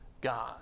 God